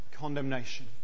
condemnation